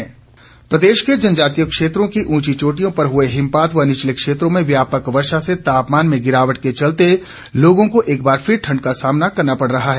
मौसम प्रदेश के जनजातीय क्षेत्रों की उंची चोटियों पर हुए हिमपात व निचले क्षेत्रों में व्यापक वर्षा से तापमान में गिरावट के चलते लोगों को एक बार फिर ठंड का सामना करना पड़ रहा है